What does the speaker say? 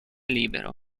libero